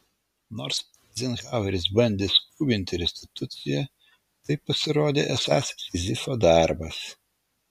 nors eizenhaueris bandė skubinti restituciją tai pasirodė esąs sizifo darbas